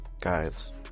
Guys